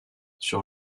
sur